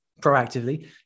proactively